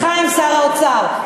לחיים, שר האוצר.